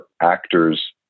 actors